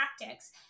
tactics